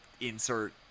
insert